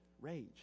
Rage